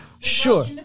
Sure